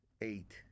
Eight